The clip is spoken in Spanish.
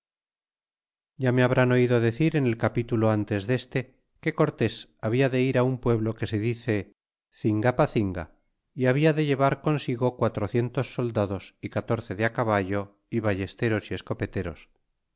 ya me habrán oido decir en el capitulo ntes deste que cortés habla de ir un pueblo que se dice cingapacinga y habia de llevar consigo quatrocientos soldados y catorce de caballo y ballesteros y escopeteros